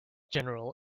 general